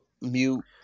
Mute